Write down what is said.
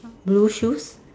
blue shoes